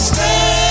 Stay